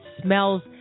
smells